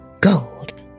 gold